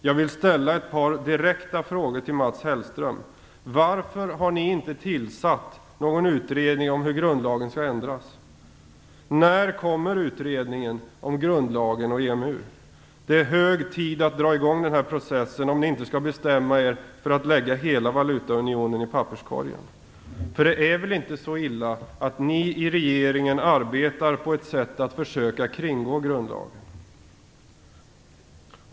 Jag vill ställa ett par direkta frågor till Mats Hellström: Varför har ni inte tillsatt någon utredning om hur grundlagen skall ändras? När kommer utredningen om grundlagen och EMU? Det är hög tid att dra i gång den här processen, om ni inte skall bestämma er för att lägga hela frågan om valutaunionen i papperskorgen. Det är väl inte så illa att ni i regeringen arbetar på ett sätt att försöka kringgå grundlagen?